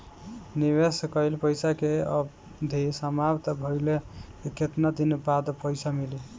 निवेश कइल पइसा के अवधि समाप्त भइले के केतना दिन बाद पइसा मिली?